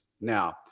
Now